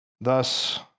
Thus